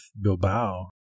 Bilbao